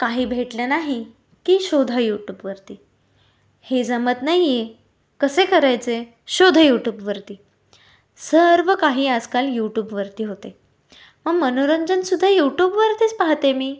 काही भेटलं नाही की शोधा यूट्यूबवरती हे जमत नाही आहे कसे करायचे शोधा यूट्यूबवरती सर्व काही आजकाल यूट्यूबवरती होते मग मनोरंजनसुद्धा यूटूबवरतीच पाहते मी